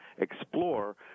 explore